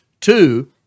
Two